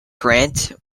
grant